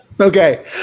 Okay